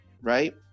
Right